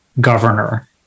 governor